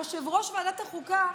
יושב-ראש ועדת החוקה,